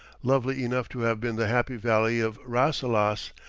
lovely enough to have been the happy valley of rasselas,